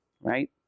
right